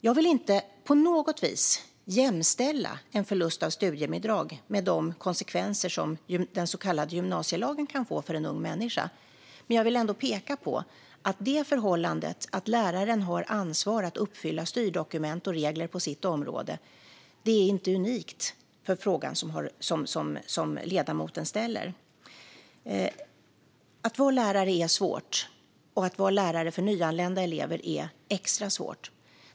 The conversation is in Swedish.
Jag vill inte på något vis jämställa förlust av studiebidrag med de konsekvenser som den så kallade gymnasielagen kan få för en ung människa, men jag vill ändå peka på att förhållandet att läraren har ett ansvar att upprätthålla styrdokument och regler på sitt område inte är unikt för den fråga som ledamoten ställer. Att vara lärare är svårt, och att vara lärare för nyanlända elever är extra svårt.